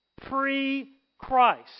pre-Christ